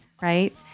right